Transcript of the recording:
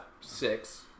six